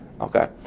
Okay